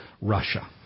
Russia